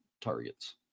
targets